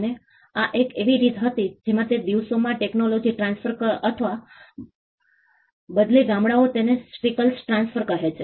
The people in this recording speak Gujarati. અને આ એક એવી રીત હતી જેમાં તે દિવસોમાં ટેક્નોલોજી ટ્રાન્સફર અથવા બદલે ગામડાઓ તેને સ્કિલ્સ ટ્રાન્સફર કહે છે